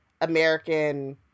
American